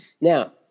Now